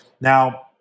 Now